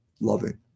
loving